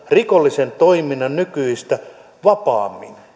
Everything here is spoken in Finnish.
rikollisen toiminnan mahdollisuutta nykyistä vapaammin